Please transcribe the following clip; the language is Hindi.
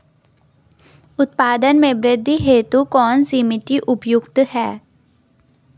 उत्पादन में वृद्धि हेतु कौन सी मिट्टी उपयुक्त है?